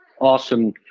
Awesome